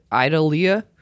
Idalia